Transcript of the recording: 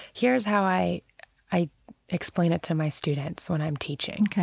here's how i i explain it to my students when i'm teaching ok